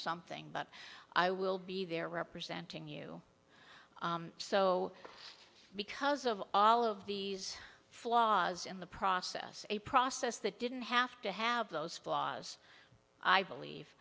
something but i will be there representing you so because of all of these flaws in the process a process that didn't have to have those flaws i believe